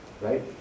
Right